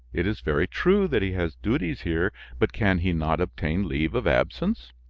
it is very true that he has duties here, but can he not obtain leave of absence?